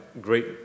great